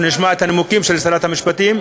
אנחנו נשמע את הנימוקים של שרת המשפטים,